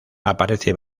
aparece